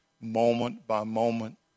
moment-by-moment